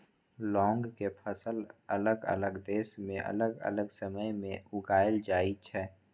लौंग के फसल अलग अलग देश मे अलग अलग समय मे उगाएल जाइ छै